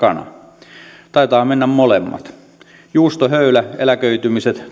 kana taitaa mennä molemmat juustohöylä eläköitymiset